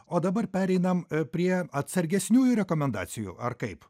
o dabar pereinam prie atsargesniųjų rekomendacijų ar kaip